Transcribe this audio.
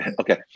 okay